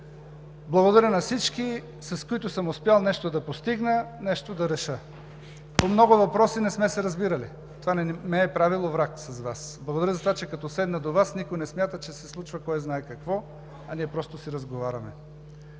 Благодаря на всички, с които съм успял нещо да постигна, нещо да реша. По много въпроси не сме се разбирали. Това не ме е правило враг с Вас. Благодаря за това, че като седна до Вас, никой не смята, че се случва кой знае какво, а ние просто си разговаряме.